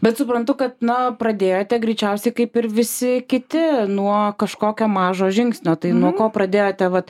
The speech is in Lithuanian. bet suprantu kad na pradėjote greičiausiai kaip ir visi kiti nuo kažkokio mažo žingsnio tai nuo ko pradėjote vat